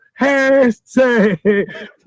Hashtag